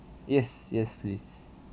yes yes please